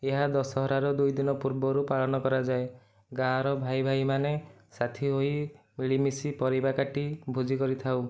ଏହା ଦଶହରାର ଦୁଇ ଦିନ ପୂର୍ବରୁ ପାଳନ କରାଯାଏ ଗାଁର ଭାଇ ଭାଇମାନେ ସାଥୀ ହୋଇ ମିଳିମିଶି ପରିବା କାଟି ଭୋଜି କରିଥାଉ